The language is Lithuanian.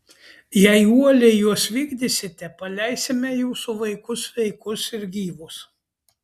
jei uoliai juos vykdysite paleisime jūsų vaikus sveikus ir gyvus